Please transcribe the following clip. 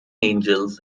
angels